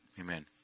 Amen